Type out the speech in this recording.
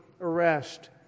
arrest